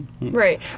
Right